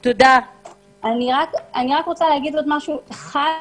אני רק רוצה להגיד עוד משהו אחד.